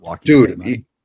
Dude